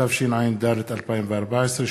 התשע"ד 2014,